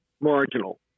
marginal